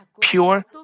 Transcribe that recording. pure